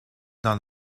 dans